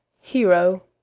Hero